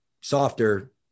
softer